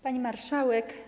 Pani Marszałek!